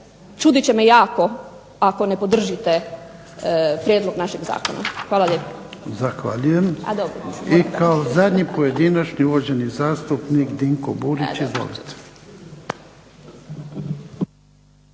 čudit će me jako ako ne podržite prijedlog našeg zakona. Hvala lijepa.